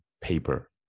paper